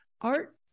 art